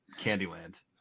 Candyland